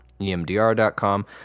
emdr.com